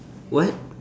what